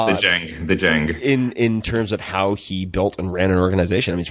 the gheng, the gheng. in in terms of how he built and ran an organization.